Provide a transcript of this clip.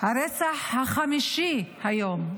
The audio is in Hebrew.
הרצח החמישי היום,